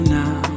now